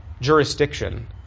jurisdiction